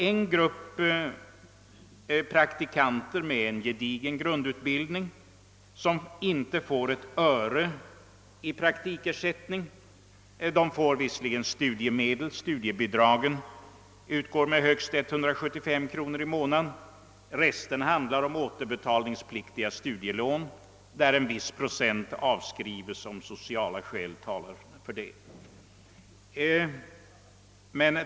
En grupp praktikanter med gedigen grundutbildning får inte ett öre i praktikersättning, även om de erhåller studiebidrag som utgår med högst 175 kronor i månaden. Resten av deras studiemedel är återbetalningspliktiga studielån, av vilka en viss procent kan avskrivas om sociala skäl talar för detta.